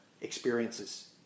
experiences